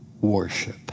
worship